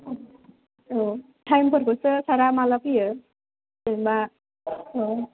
औ टाइमफोरखौसो सारा माब्ला फैयो जेनेबा औ